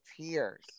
tears